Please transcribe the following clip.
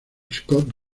scott